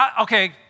Okay